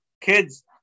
Kids